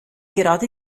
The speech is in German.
gerade